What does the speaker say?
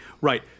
Right